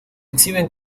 exhiben